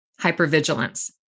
Hypervigilance